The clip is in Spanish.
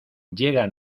llega